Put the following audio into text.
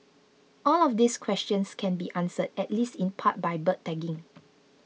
all of these questions can be answered at least in part by bird tagging